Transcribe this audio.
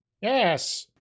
Yes